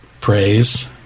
praise